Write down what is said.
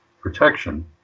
protection